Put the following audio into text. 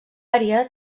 àrea